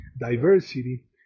diversity